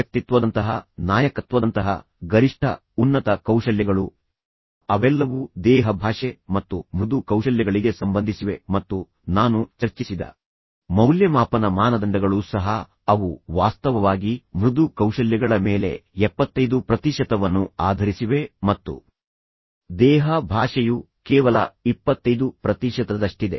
ವ್ಯಕ್ತಿತ್ವದಂತಹ ನಾಯಕತ್ವದಂತಹ ಗರಿಷ್ಠ ಉನ್ನತ ಕೌಶಲ್ಯಗಳು ಅವೆಲ್ಲವೂ ದೇಹ ಭಾಷೆ ಮತ್ತು ಮೃದು ಕೌಶಲ್ಯಗಳಿಗೆ ಸಂಬಂಧಿಸಿವೆ ಮತ್ತು ನಾನು ಚರ್ಚಿಸಿದ ಮೌಲ್ಯಮಾಪನ ಮಾನದಂಡಗಳು ಸಹ ಅವು ವಾಸ್ತವವಾಗಿ ಮೃದು ಕೌಶಲ್ಯಗಳ ಮೇಲೆ 75 ಪ್ರತಿಶತವನ್ನು ಆಧರಿಸಿವೆ ಮತ್ತು ದೇಹ ಭಾಷೆಯು ಕೇವಲ 25 ಪ್ರತಿಶತದಷ್ಟಿದೆ